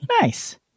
nice